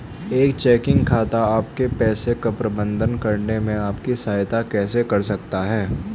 एक चेकिंग खाता आपके पैसे का प्रबंधन करने में आपकी सहायता कैसे कर सकता है?